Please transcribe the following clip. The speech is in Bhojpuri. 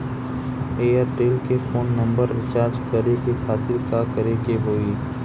एयरटेल के फोन नंबर रीचार्ज करे के खातिर का करे के होई?